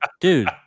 dude